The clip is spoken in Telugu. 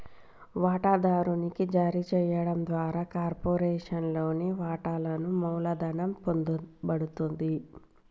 వాటాదారునికి జారీ చేయడం ద్వారా కార్పొరేషన్లోని వాటాలను మూలధనం పొందబడతది